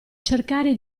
cercare